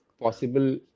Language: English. possible